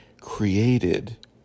created